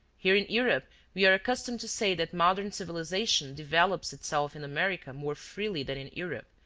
here in europe we are accustomed to say that modern civilization develops itself in america more freely than in europe,